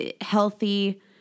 healthy